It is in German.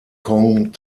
kong